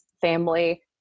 family